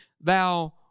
thou